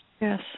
yes